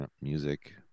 music